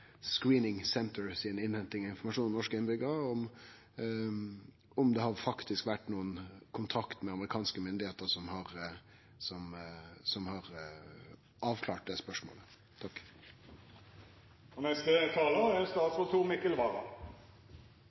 innhenting av informasjon om norske innbyggjarar, og om det faktisk har vore nokon kontakt med amerikanske myndigheitar som har avklart det spørsmålet. Innledningsvis vil jeg uttrykke enighet med kontroll- og konstitusjonskomiteen. Det er